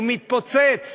הוא מתפוצץ